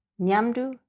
Nyamdu